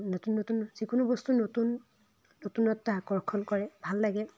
নতুন নতুন যিকোনো বস্তু নতুন নতুনত্বই আকৰ্ষণ কৰে ভাল লাগে